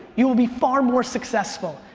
you will be far more successful,